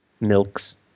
Milks